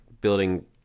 building